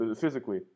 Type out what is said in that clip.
physically